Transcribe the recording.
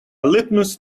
litmus